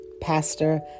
Pastor